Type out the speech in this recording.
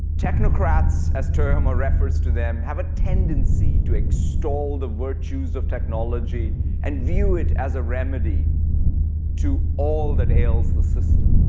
technocrats as term or reference to them have a tendency to extol the virtues of technology and view it as a remedy to all that ails the system.